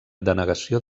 denegació